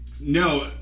no